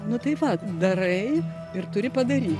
nu tai va darai ir turi padaryt